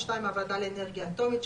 (2)הוועדה לאנרגיה אטומית,